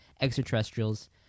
extraterrestrials